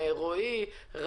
רועי כהן מלה"ב,